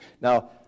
Now